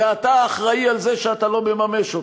ואתה אחראי לזה שאתה לא מממש אותם.